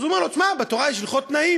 אז הוא אומר לו: שמע, בתורה יש הלכות תנאים.